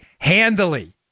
handily